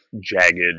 jagged